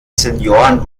senioren